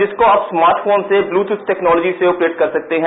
जिसको आप स्मार्टफोन से ब्लूटूथ टेक्नोलॉजी से आपरेट कर सकते हैं